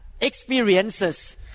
experiences